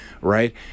right